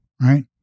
right